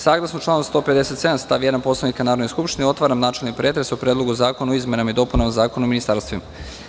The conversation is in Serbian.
Saglasno članu 157. stav 1. Poslovnika Narodne skupštine otvaram načelni pretres o Predlogu zakona o izmenama i dopunama Zakona o ministarstvima.